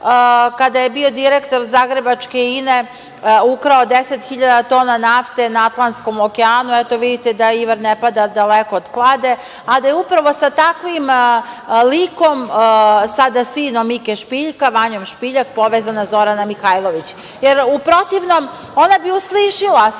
kada je bio direktor zagrebačke INE, ukrao 10.000 tona nafte na Atlantskom okeanu. Eto, vidite da iver ne pada daleko od klade. A da je upravo sa takvim likom, sada sinom Mike Špiljka, Vanjom Špiljak, povezana Zorana Mihajlović. U protivnom, ona bi uslišila sve